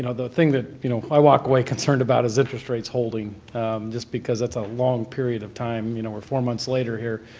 the thing that, you know, i walk away concerned about is interest rates holding just because that's a long period of time, you know, we're four months later here,